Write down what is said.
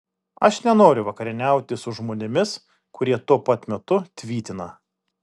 aš nenoriu vakarieniauti su žmonėmis kurie tuo pat metu tvytina